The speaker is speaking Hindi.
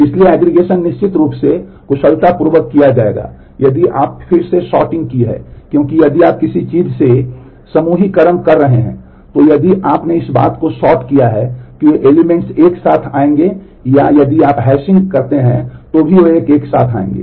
इसलिए एग्रीगेशन हैं तो वे भी एक साथ आएंगे